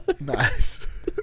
Nice